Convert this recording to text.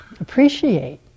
Appreciate